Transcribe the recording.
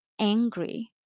angry